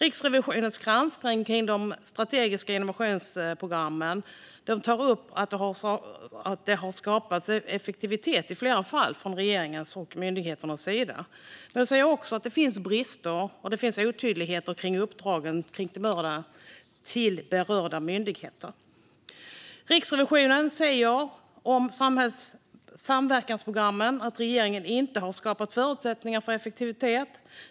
I sin granskning av de strategiska innovationsprogrammen tar Riksrevisionen upp att det har skapats effektivitet i flera fall från regeringens och myndigheternas sida. Men man säger också att det finns brister och otydligheter i uppdragen till berörda myndigheter. Riksrevisionen säger om samverkansprogrammen att regeringen inte har skapat förutsättningar för effektivitet.